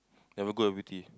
never go already